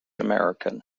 american